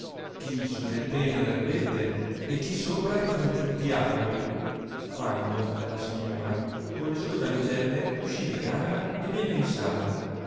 chi su le tenere erbette e chi sopra li fronzuti àlbori quando la signora con le sue damigelle uscì di camera e venne in sala